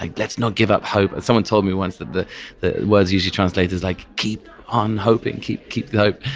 like let's not give up hope. someone told me once that the the words usually translated as, like keep on hoping, keep keep the hope,